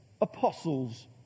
Apostles